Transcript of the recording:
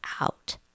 out